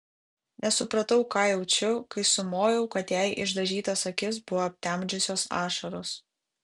nesupratau ką jaučiu kai sumojau kad jai išdažytas akis buvo aptemdžiusios ašaros